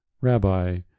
Rabbi